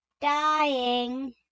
Dying